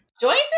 Joyce